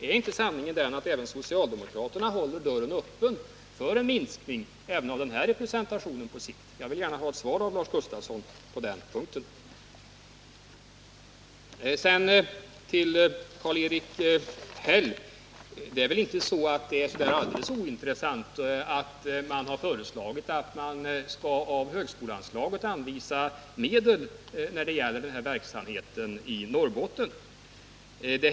Är inte sanningen den att också socialdemokraterna håller dörren öppen för en minskning även av den här representationen på sikt? Jag vill gärna ha ett svar av Lars Gustafsson på den punkten. Det är väl inte alldeles ointressant att man har föreslagit att av högskoleanslaget skall anvisas medel till den här verksamheten i Norrbotten.